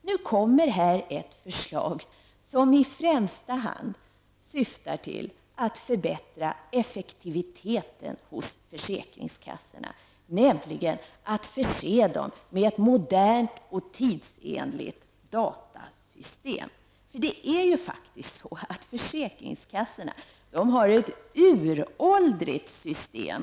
Nu läggs ett förslag fram som i första hand syftar till att förbättra effektiviteten hos försäkringskassorna, nämligen att förse dem med ett modernt och tidsenligt datasystem. Försäkringskassorna har nämligen ett uråldrigt system.